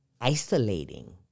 isolating